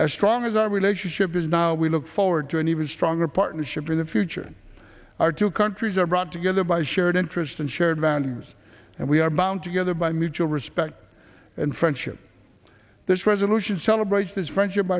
as strong as our relationship is now we look forward to an even stronger partnership for the future our two countries are brought together by shared interests and shared values and we are bound together by mutual respect and friendship this resolution celebrates this friendship